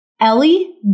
Ellie